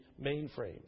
mainframes